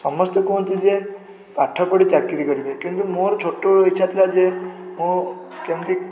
ସମସ୍ତେ କୁହନ୍ତି ଯେ ପାଠ ପଢ଼ି ଚାକିରି କରିବେ କିନ୍ତୁ ମୋର ଛୋଟ ବେଳୁ ଇଚ୍ଛା ଥିଲା ଯେ ମୁଁ କେମିତି